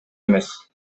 эмес